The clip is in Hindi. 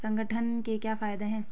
संगठन के क्या फायदें हैं?